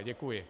Děkuji.